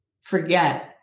forget